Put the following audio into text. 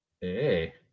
Hey